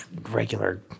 regular